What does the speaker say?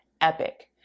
Epic